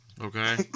Okay